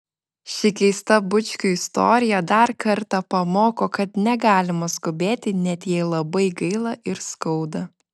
ši keista bučkių istorija dar kartą pamoko kad negalima skubėti net jei labai gaila ir skauda